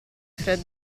fred